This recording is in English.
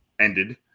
ended